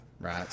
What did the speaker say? right